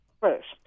first